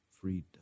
Freedom